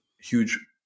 huge